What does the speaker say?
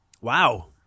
Wow